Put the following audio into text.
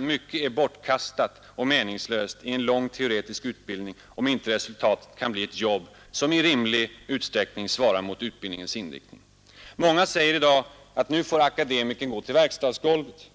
Mycket i en lång teoretisk utbildning är bortkastat och meningslöst om inte resultatet kan bli ett jobb som i rimlig utsträckning svarar mot utbildningens inriktning. Många säger i dag, att nu får akademikern gå till verkstadsgolvet.